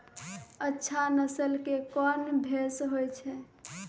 अच्छा नस्ल के कोन भैंस होय छै?